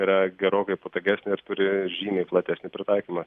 yra gerokai patogesnė ir turi žymiai platesnį pritaikymą